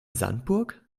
sandburg